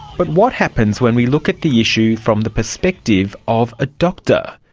but what happens when we look at the issue from the perspective of a doctor?